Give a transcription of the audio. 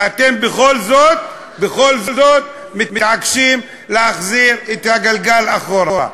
ואתם בכל זאת מתעקשים להחזיר את הגלגל אחורה.